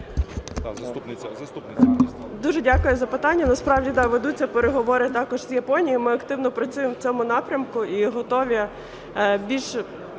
Дуже дякую за питання. Насправді так, ведуться переговори також з Японією. Ми активно працюємо в цьому напрямку і готові більше